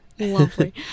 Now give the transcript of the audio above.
Lovely